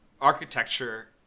architecture